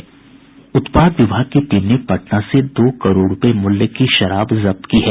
उत्पाद विभाग की टीम ने पटना से दो करोड़ रूपये मूल्य की शराब जब्त की है